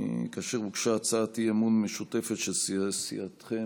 כאשר הוגשה הצעת אי-אמון משותפת של סיעתכם